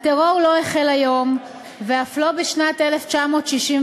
הטרור לא החל היום ואף לא בשנת 1967,